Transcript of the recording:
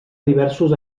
diversos